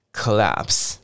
collapse